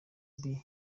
mbi